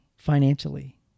financially